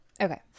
Okay